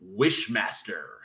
Wishmaster